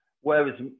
whereas